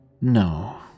No